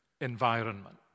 environment